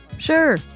Sure